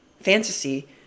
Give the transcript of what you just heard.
fantasy